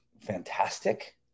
fantastic